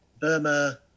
Burma